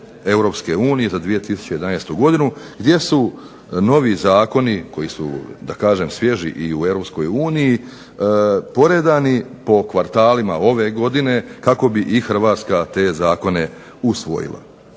EU za 2011. godinu gdje su novi zakoni koji su da kažem svježi i EU poredani po kvartalima ove godine kako bi i Hrvatska te zakone usvojila.